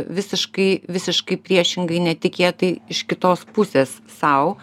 visiškai visiškai priešingai netikėtai iš kitos pusės sau